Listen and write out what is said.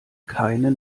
keine